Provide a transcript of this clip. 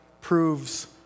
proves